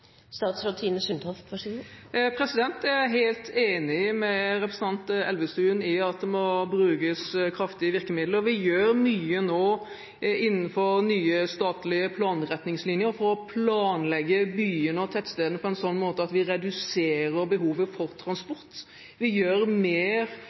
Jeg er helt enig med representanten Elvestuen i at det må brukes kraftige virkemidler. Vi gjør mye nå innenfor nye statlige planretningslinjer for å planlegge byene og tettstedene på en sånn måte at vi reduserer behovet for transport. Vi gjør mer